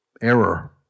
error